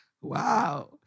Wow